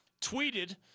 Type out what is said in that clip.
tweeted